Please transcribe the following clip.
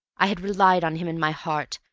i had relied on him in my heart,